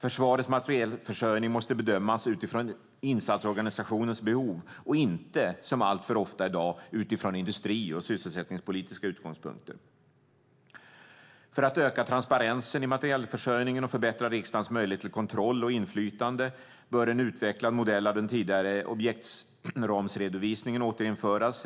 Försvarets materielförsörjning måste bedömas utifrån insatsorganisationens behov och inte, som alltför ofta i dag, utifrån industri och sysselsättningspolitiska utgångspunkter. För att öka transparensen i materielförsörjningen och förbättra riksdagens möjlighet till kontroll och inflytande bör en utvecklad modell av den tidigare objektsramsredovisningen återinföras.